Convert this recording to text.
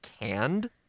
canned